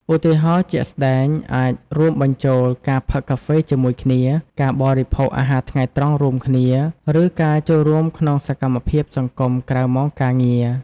ឧទាហរណ៍ជាក់ស្តែងអាចរួមបញ្ចូលការផឹកកាហ្វេជាមួយគ្នា ការបរិភោគអាហារថ្ងៃត្រង់រួមគ្នា ឬការចូលរួមក្នុងសកម្មភាពសង្គមក្រៅម៉ោងការងារ។